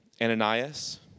Ananias